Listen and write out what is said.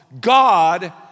God